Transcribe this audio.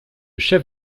chef